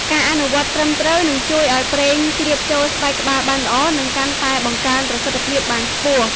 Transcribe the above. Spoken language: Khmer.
ការអនុវត្តន៍ត្រឹមត្រូវ នឹងជួយឲ្យប្រេងជ្រាបចូលស្បែកក្បាលបានល្អ និងកាន់តែបង្កើនប្រសិទ្ធភាពបានខ្ពស់។